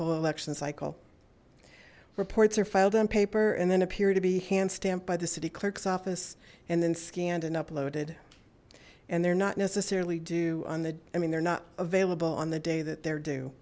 whole election cycle reports are filed on paper and then appear to be hand stamped by the city clerk's office and then scanned and uploaded and they're not necessarily due on the i mean they're not available on the day that they're d